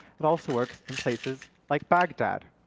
it also works in places like baghdad,